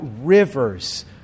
rivers